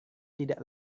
tidak